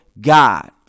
God